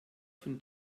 von